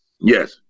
Yes